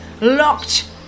locked